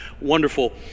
Wonderful